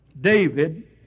David